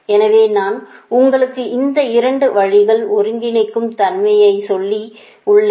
எனவே நான் உங்களுக்குச் இந்த 2 வழிகள் ஒன்றிணைக்கும் தன்மையை சொல்லி உள்ளேன்